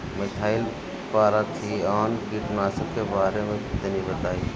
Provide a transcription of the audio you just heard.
Methyl parathion कीटनाशक के बारे में तनि बताई?